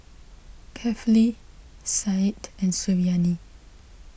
Kefli Said and Suriani